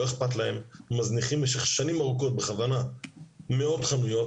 אכפת להם ומזניחים במשך שנים ארוכות ובכוונה מאות חנויות,